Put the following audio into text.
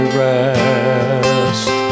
rest